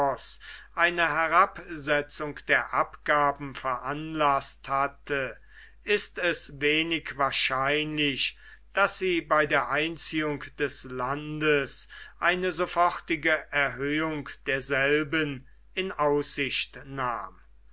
eine herabsetzung der abgaben veranlaßt hatte ist es wenig wahrscheinlich daß sie bei der einziehung des landes eine sofortige erhöhung derselben in aussicht nahm